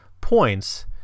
points